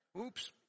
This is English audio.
Oops